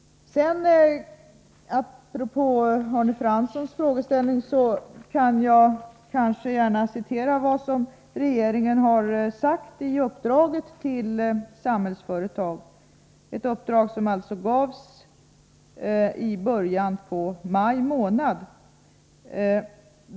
Apropå Arne Franssons frågeställning kan jag gärna hänvisa till vad regeringen har sagt i uppdraget till Samhällsföretag i början av maj månad.